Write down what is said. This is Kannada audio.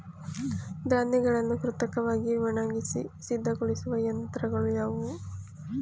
ಧಾನ್ಯಗಳನ್ನು ಕೃತಕವಾಗಿ ಒಣಗಿಸಿ ಸಿದ್ದಗೊಳಿಸುವ ಯಂತ್ರಗಳು ಯಾವುವು?